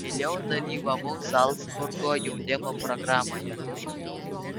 vėliau dalyvavau zalcburgo jaunimo programoje